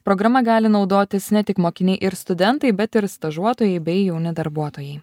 programa gali naudotis ne tik mokiniai ir studentai bet ir stažuotojai bei jauni darbuotojai